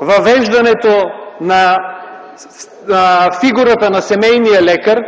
въвеждането на фигурата на семейния лекар.